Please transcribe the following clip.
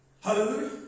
Hallelujah